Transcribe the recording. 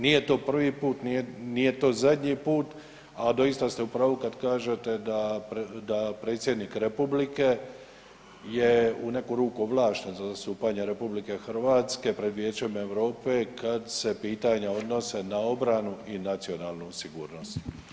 Nije to prvi put, nije to zadnji put, a doista ste u pravu kad kažete da, da predsjednik republike je u neku ruku ovlašten za zastupanje RH pred Vijećem Europe kad se pitanja odnose na obranu i nacionalnu sigurnost.